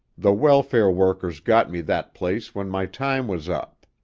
the welfare workers got me that place when my time was up.